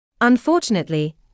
Unfortunately